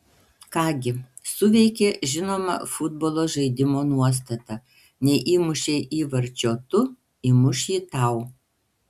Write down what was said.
ką gi suveikė žinoma futbolo žaidimo nuostata neįmušei įvarčio tu įmuš jį tau